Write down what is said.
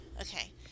Okay